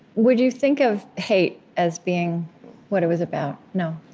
would you think of hate as being what it was about? no?